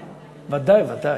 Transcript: ודאי, ודאי.